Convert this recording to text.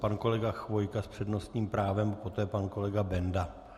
Pan kolega Chvojka s přednostním právem, poté pan kolega Benda.